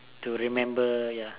to remember ya